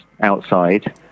outside